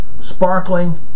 sparkling